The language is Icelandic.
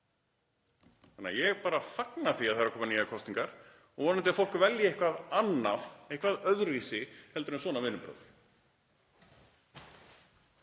svona. Ég bara fagna því að það eru að koma nýjar kosningar og vonandi er fólk að velja eitthvað annað, eitthvað öðruvísi heldur en svona vinnubrögð.